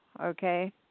Okay